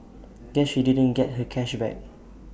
guess she didn't get her cash back